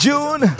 June